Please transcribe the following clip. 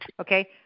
Okay